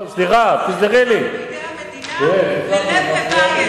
לקחתם דבר שצריך להיות בידי המדינה ונתתם אותו ללב לבייב.